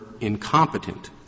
incompetent